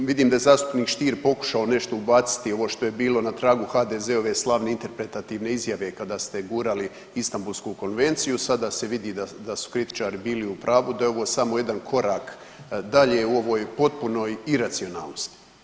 Vidim da je zastupnik Stier pokušao nešto ubaciti, ovo što je bilo na tragu HDZ-ove slavne interpretativne izjave kada ste gurali Istambulsku konvenciju, sada se vidi da su kritičari bili u pravu, da je ovo samo jedan korak dalje u ovoj potpunoj iracionalnosti.